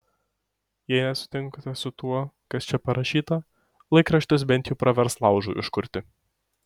jei nesutinkate su tuo kas čia parašyta laikraštis bent jau pravers laužui užkurti